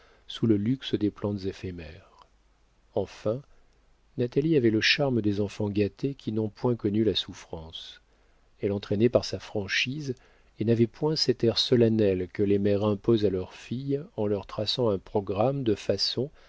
sous le luxe des plantes éphémères enfin natalie avait le charme des enfants gâtés qui n'ont point connu la souffrance elle entraînait par sa franchise et n'avait point cet air solennel que les mères imposent à leurs filles en leur traçant un programme de façons